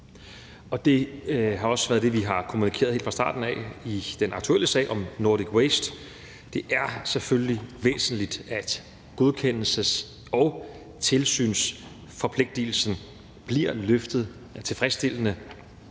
Det har også været det, vi har kommunikeret helt fra starten i den aktuelle sag med Nordic Waste. Det er selvfølgelig væsentligt, at godkendelses- og tilsynsforpligtelsen bliver løftet tilfredsstillende.